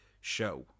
show